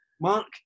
Mark